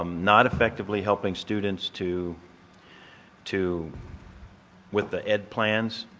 um not effectively helping students to to with the ed plans.